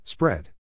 Spread